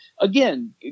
again